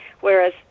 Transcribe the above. Whereas